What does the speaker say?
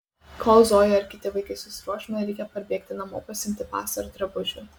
kol zoja ir kiti vaikai susiruoš man reikia parbėgti namo pasiimti pasą ir drabužių